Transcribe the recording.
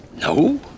No